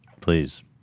please